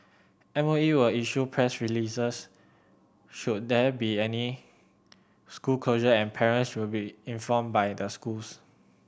M O E will issue press releases should there be any school closure and parents will be informed by the schools